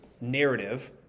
narrative